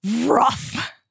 Rough